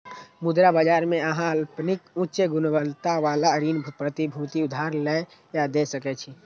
मुद्रा बाजार मे अहां अल्पकालिक, उच्च गुणवत्ता बला ऋण प्रतिभूति उधार लए या दै सकै छी